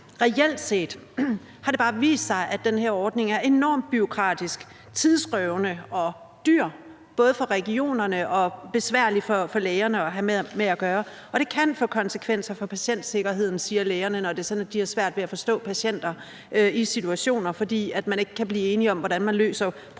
Reelt set har det bare vist sig, at den her ordning er enormt bureaukratisk, tidsrøvende og dyr for regionerne og besværlig for lægerne at have med at gøre. Lægerne siger, at det kan have konsekvenser for patientsikkerheden, når de har svært ved at forstå patienter i situationer, fordi man ikke kan blive enige om, hvordan man løser problemet